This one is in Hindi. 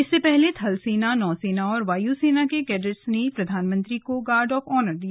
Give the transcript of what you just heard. इससे पहले थलसेना नौसेना और वायुसेना के कैडटों ने प्रधानमंत्री को गार्ड ऑफ ऑनर दिया